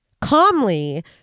calmly